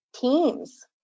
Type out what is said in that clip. teams